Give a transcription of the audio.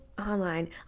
online